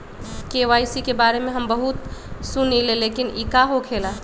KYC के बारे में हम बहुत सुनीले लेकिन इ का होखेला?